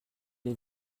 les